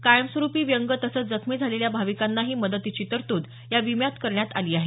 कायमस्वरुपी व्यंग तसंच जखमी झालेल्या भाविकांनाही मदतीची तरतूद या विम्यात करण्यात आली आहे